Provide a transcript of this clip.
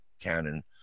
Canon